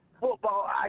football